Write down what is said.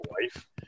wife